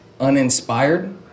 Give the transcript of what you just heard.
uninspired